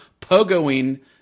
pogoing